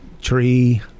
tree